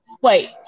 Wait